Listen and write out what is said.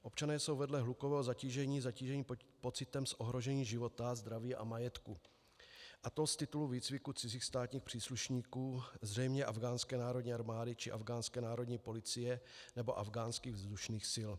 Občané jsou vedle hlukového zatížení zatíženi pocitem ohrožení života, zdraví a majetku, a to z titulu výcviku cizích státních příslušníků, zřejmě afghánské národní armády či afghánské národní policie nebo afghánských vzdušných sil.